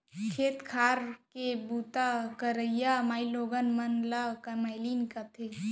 खेत खार के बूता करइया माइलोगन मन ल कमैलिन कथें